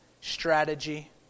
strategy